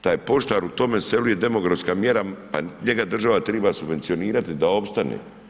Taj poštar u tome selu je demografska mjera, njega država treba subvencionirati da opstane.